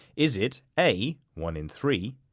is it a one in three,